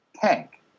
tank